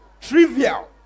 Trivial